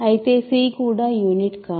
అయితే c కూడా unit కాదు